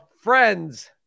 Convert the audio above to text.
friends